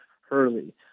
Hurley